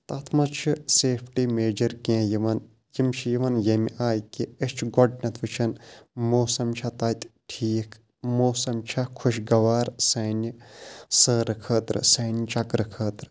تَتھ منٛز چھِ سیفٹی میجَر کیٚنٛہہ یِوان یِم چھِ یِوان ییٚمہِ آیہِ کہِ أسۍ چھِ گۄڈنٮ۪تھ وٕچھان موسَم چھےٚ تَتہِ ٹھیٖک موسَم چھےٚ خۄش گوار سانہِ سٲرٕ خٲطرٕ سانہِ چَکرٕ خٲطرٕ